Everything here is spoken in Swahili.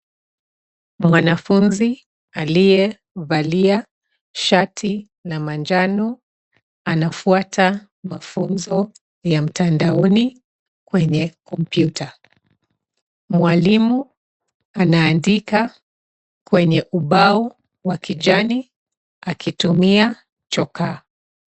Mwanafunzi aliyevalia shati ya manjano anafwata mafunzo ya mtandaoni kwenye kompyuta. Mwalimu anaandika kwenye ubao wa kijani akitumia chokaa.